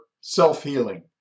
self-healing